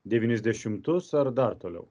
devyniasdešimtus ar dar toliau